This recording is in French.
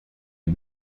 les